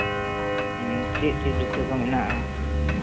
ᱪᱮᱫ ᱪᱮᱫ ᱡᱩᱛᱟᱹ ᱠᱚ ᱢᱮᱱᱟᱜᱼᱟ